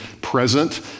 present